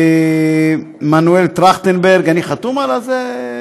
מנואל טרכטנברג, אני חתום על זה?